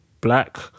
black